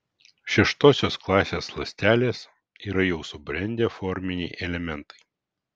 šeštosios klasės ląstelės yra jau subrendę forminiai elementai